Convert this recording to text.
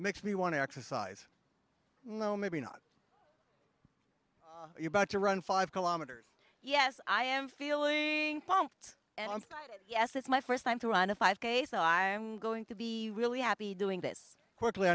makes me want to exercise you know maybe not about to run five kilometers yes i am feeling pumped and yes it's my first time to run a five k so i'm going to be really happy doing this quickly